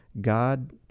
god